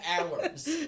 hours